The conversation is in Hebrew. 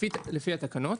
לפי התקנות,